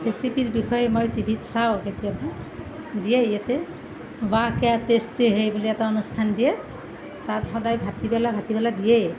ৰেচিপিৰ বিষয়ে মই টি ভিত চাওঁ কেতিয়াবা দিয়ে ইয়াতে ৱাহ ক্যা টেষ্ট হে বুলি এটা অনুষ্ঠান দিয়ে তাত সদায় ভাতিবেলা ভাতিবেলা দিয়েই